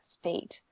state